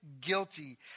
guilty